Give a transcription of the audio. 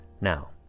Now